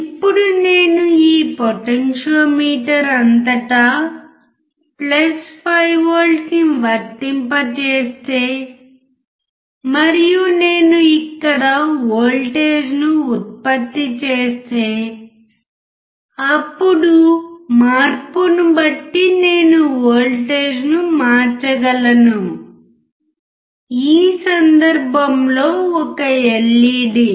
ఇప్పుడు నేను ఈ పొటెన్షియోమీటర్ అంతటా 5V ని వర్తింపజేస్తే మరియు నేను ఇక్కడ వోల్టేజ్ను ఉత్పత్తి చేస్తే అప్పుడు మార్పును బట్టి నేను వోల్టేజ్ను మార్చగలను ఈ సందర్భంలో ఒక ఎల్ఈడి